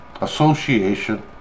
Association